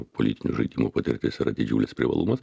politinių žaidimų patirtis yra didžiulis privalumas